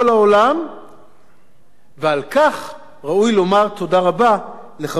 ועל כך ראוי לומר תודה רבה לחברי צוות ועדת השופט אדמונד לוי,